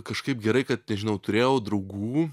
kažkaip gerai kad nežinau turėjau draugų